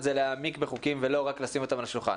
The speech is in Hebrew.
זה להעמיק בחוקים ולא רק לשים אותם על השולחן.